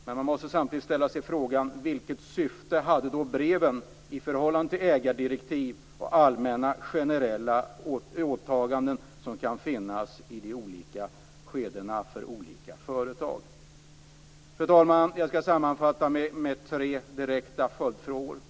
Men jag måste samtidigt ställa frågan: Vilket syfte hade breven i förhållande till ägardirektiv och allmänna och generella åtaganden som kan finnas i de olika skedena för olika företag? Fru talman! Jag skall sammanfatta detta med tre direkta följdfrågor: 1.